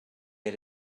had